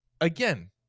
Again